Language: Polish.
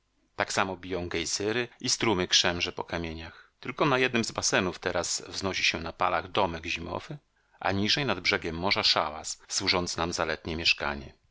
tak samo biją gejzyry i strumyk szemrze po kamieniach tylko na jednym z basenów teraz wznosi się na palach domek zimowy a niżej nad brzegiem morza szałas służący nam za letnie mieszkanie